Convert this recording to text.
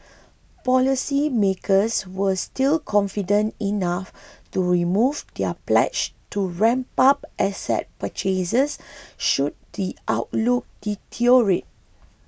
policy makers were still confident enough to remove their pledge to ramp up asset purchases should the outlook deteriorate